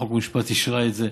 חוק ומשפט אישרה את זה.